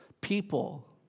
People